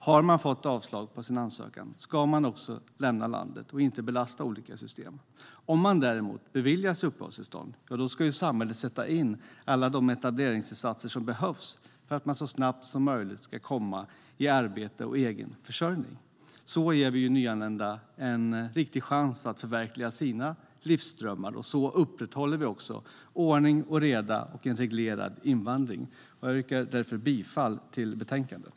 Har man fått avslag på sin ansökan ska man lämna landet och inte belasta olika system. Om man däremot beviljas uppehållstillstånd ska samhället sätta in alla de etableringsinsatser som behövs för att man så snabbt som möjligt ska komma i arbete och egen försörjning. Så ger vi nyanlända en riktig chans att förverkliga sina livsdrömmar, och så upprätthåller vi också ordning och reda och en reglerad invandring. Jag yrkar därför bifall till förslaget i betänkandet.